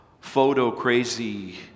photo-crazy